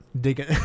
Digging